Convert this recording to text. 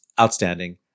outstanding